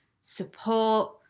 support